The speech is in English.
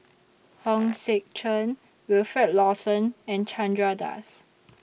Hong Sek Chern Wilfed Lawson and Chandra Das